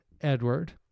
Edward